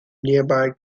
nearby